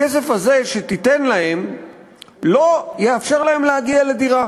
הכסף הזה שתיתן להם לא יאפשר להם להגיע לדירה,